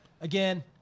again